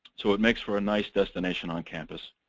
so it makes for a nice destination on campus.